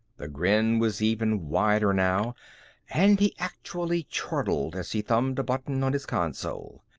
the grin was even wider now and he actually chortled as he thumbed a button on his console.